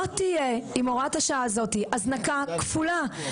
עם הוראת השעה הזאת הזנקה כפולה.